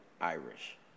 Irish